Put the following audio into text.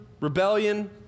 rebellion